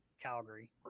Calgary